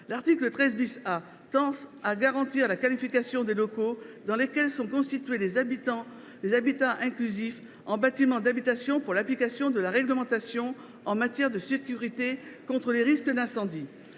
L’article 13 A tend à garantir la qualification des locaux dans lesquels sont constitués les habitats inclusifs en bâtiment d’habitation pour l’application de la réglementation en matière de sécurité contre les risques d’incendie.